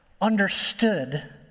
understood